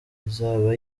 izaba